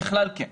ככלל, כן.